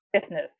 business